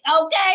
okay